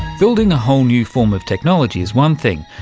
building a whole new form of technology is one thing,